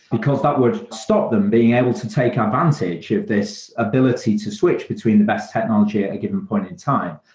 because that would stop them being able to take advantage of this ability to switch between the best technology at a given point in time.